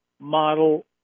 model